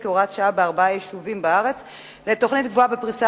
כהוראת שעה בארבעה יישובים בארץ לתוכנית קבועה בפריסה